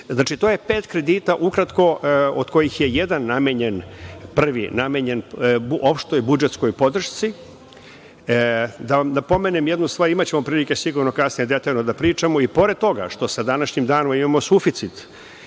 je ukratko pet kredita, od kojih je prvi namenjen opštoj budžetskoj podršci. Da vam napomenem jednu stvar, imaćemo prilike sigurno kasnije detaljno da pričamo, i pored toga što sa današnjim danom imamo suficit,